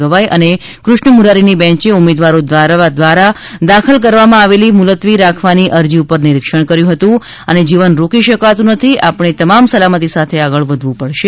ગવાઇ અને કૃષ્ણ મુરારીની બેન્ચે ઉમેદવારો દ્વારા દાખલ કરવામાં આવેલી મુલતવી રાખવાની અરજી પર નિરીક્ષણ કર્યું હતું કે જીવન રોકી શકાતું નથી અને આપણે તમામ સલામતી સાથે આગળ વધવું પડશે